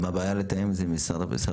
אז מה הבעיה לתאם את זה עם שר הבריאות?